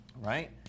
right